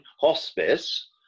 hospice